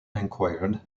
enquired